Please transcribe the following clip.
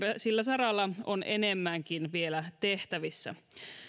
sillä saralla on enemmänkin vielä tehtävissä